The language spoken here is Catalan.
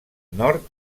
nord